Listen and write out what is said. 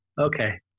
Okay